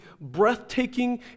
breathtaking